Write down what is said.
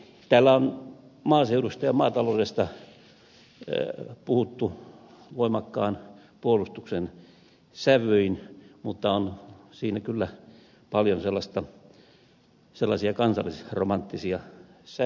täällä on maaseudusta ja maataloudesta puhuttu voimakkaan puolustuksen sävyin mutta on siinä kyllä paljon sellaisia kansallisromanttisia sävyjä